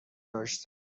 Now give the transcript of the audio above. داشتم